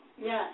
Yes